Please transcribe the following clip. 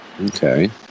okay